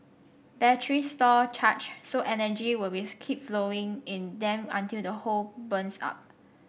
batteries store charge so energy will be keep flowing in them until the whole burns up